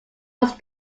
was